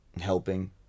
helping